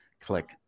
click